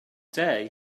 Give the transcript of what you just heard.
day